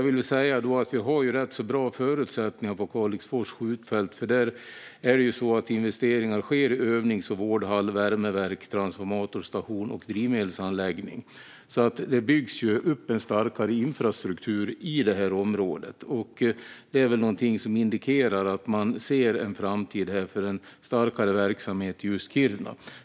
Vi har rätt så bra förutsättningar på Kalixfors skjutfält. Där sker det investeringar i övnings och vårdhall, värmeverk, transformatorstation och drivmedelsanläggning. Det byggs alltså upp en starkare infrastruktur i detta område. Det är väl någonting som indikerar att man ser en framtid för en starkare verksamhet i just Kiruna.